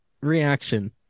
reaction